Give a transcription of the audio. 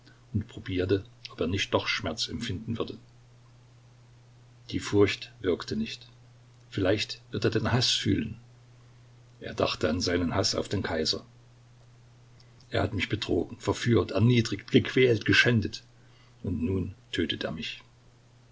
ob er nicht doch schmerz empfinden würde die furcht wirkte nicht vielleicht wird er den haß fühlen er dachte an seinen haß auf den kaiser er hat mich betrogen verführt erniedrigt gequält geschändet und nun tötet er mich